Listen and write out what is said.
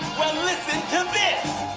listen to this!